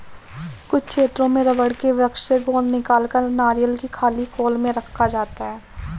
कुछ क्षेत्रों में रबड़ के वृक्ष से गोंद निकालकर नारियल की खाली खोल में रखा जाता है